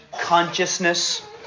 consciousness